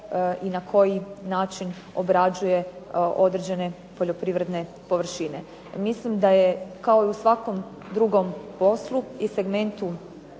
i na koji način obrađuje određene poljoprivredne površine. Mislim da je kao i u svakom drugom poslu i segmentu